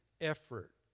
effort